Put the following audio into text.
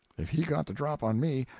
if he got the drop on me,